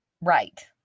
Right